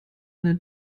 eine